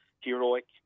heroic